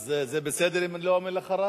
אז זה בסדר אם אני לא אומר לך רב?